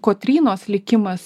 kotrynos likimas